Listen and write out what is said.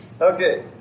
Okay